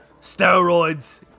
steroids